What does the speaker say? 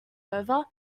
over